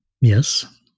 Yes